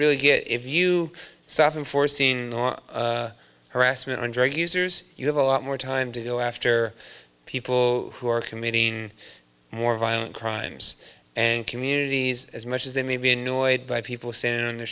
really get if you stop and foreseeing harassment and drug users you have a lot more time to go after people who are committing more violent crimes and communities as much as they may be annoyed by people standing on the